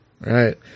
Right